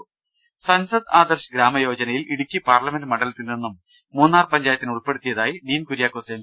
രുട്ട്ട്ട്ട്ട്ട്ട്ട്ട സൻസദ് ആദർശ് ഗ്രാമയോജനയിൽ ഇടുക്കി പാർലമെന്റ് മണ്ഡലത്തിൽ നിന്നും മൂന്നാർ പഞ്ചായത്തിനെ ഉൾപ്പെടുത്തിയതായി ഡീൻ കുര്യാക്കോസ് എം